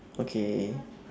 okay